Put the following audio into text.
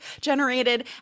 generated